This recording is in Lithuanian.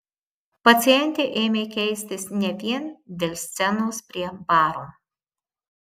pacientė ėmė keistis ne vien dėl scenos prie baro